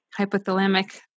hypothalamic